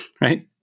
right